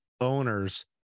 owners